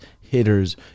hitters